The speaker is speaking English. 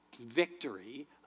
victory